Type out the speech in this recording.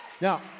Now